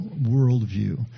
worldview